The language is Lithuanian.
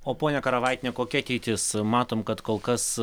o ponia karavaitiene kokia ateitis matom kad kol kas